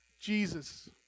Jesus